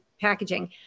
packaging